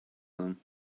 them